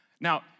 Now